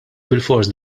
bilfors